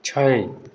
छै